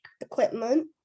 equipment